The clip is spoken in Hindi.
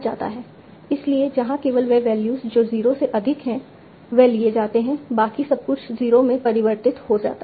इसलिए जहां केवल वे वैल्यूज जो 0 से अधिक हैं वे लिए जाते हैं बाकी सब कुछ 0 में परिवर्तित हो जाता है